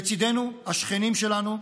לצידנו, השכנים שלנו,